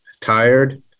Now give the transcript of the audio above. tired